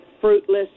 fruitless